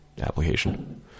application